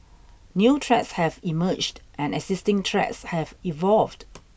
new threats have emerged and existing threats have evolved